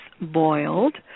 boiled